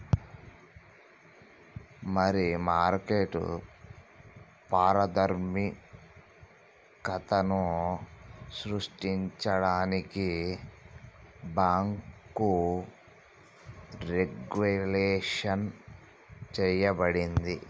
మరి మార్కెట్ పారదర్శకతను సృష్టించడానికి బాంకు రెగ్వులేషన్ చేయబడింది